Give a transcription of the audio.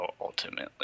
ultimately